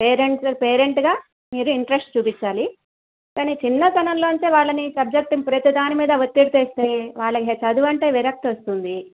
parents పేరెంట్గా మీరు interest చూపించాలి కానీ చిన్నతనంలోంచే వాళ్ళని సబ్జెక్టు ప్రతిదాని మీద ఒత్తిడి తెస్తే వాళ్ళకి ఇంకా చదువు అంటేనే విరక్తి వస్తుంది